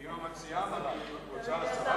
גאלב מג'אדלה, אם המציעה רוצה הסרה,